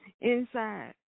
inside